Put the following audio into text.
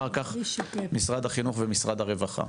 אחר כך משרד החינוך ומשרד הרווחה.